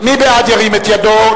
מי בעד, ירים את ידו.